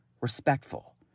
respectful